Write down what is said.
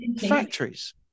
factories